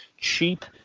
cheap